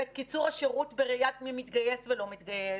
ואת קיצור השירות בראיית מי מתגייס ולא מתגייס,